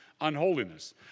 unholiness